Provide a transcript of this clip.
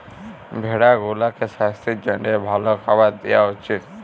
ভেড়া গুলাকে সাস্থের জ্যনহে ভাল খাবার দিঁয়া উচিত